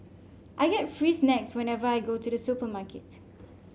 I get free snacks whenever I go to the supermarket